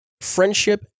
friendship